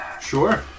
Sure